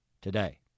today